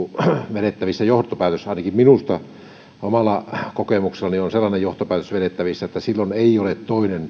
vedettävissä johtopäätös ainakin minusta omalla kokemuksellani on sellainen johtopäätös vedettävissä että silloin toinen ei ole